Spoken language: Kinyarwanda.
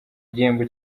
igihembo